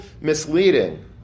misleading